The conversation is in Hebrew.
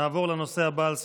נעבור לנושא הבא על סדר-היום,